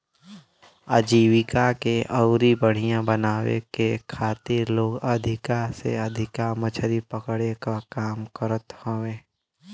आजीविका के अउरी बढ़ियां बनावे के खातिर लोग अधिका से अधिका मछरी पकड़े क काम करत हवे